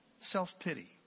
Self-pity